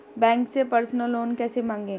Bank से personal loan कैसे मांगें?